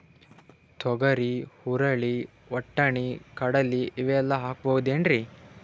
ತೊಗರಿ, ಹುರಳಿ, ವಟ್ಟಣಿ, ಕಡಲಿ ಇವೆಲ್ಲಾ ಹಾಕಬಹುದೇನ್ರಿ?